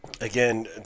again